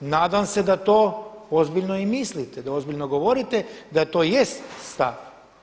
Nadam se da to ozbiljno i mislite, da ozbiljno govorite, da to jest stav.